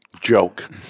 joke